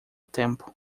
tempo